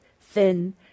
thin